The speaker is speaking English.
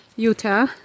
Utah